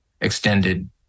extended